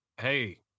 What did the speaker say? Hey